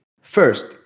First